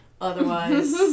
otherwise